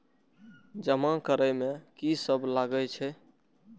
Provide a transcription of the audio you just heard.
जमा करे में की सब लगे छै?